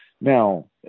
Now